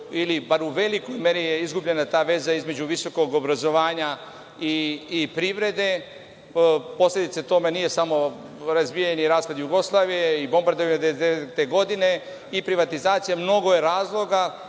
ili bar u velikoj meri je izgubljena ta veza između visokog obrazovanja i privrede. Posledica tome nije samo razbijanje i raspad Jugoslavije i bombardovanje 1999. godine i privatizacija. Mnogo je razloga